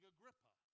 Agrippa